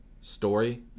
story